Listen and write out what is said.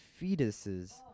fetuses